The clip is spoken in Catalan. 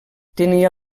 tenia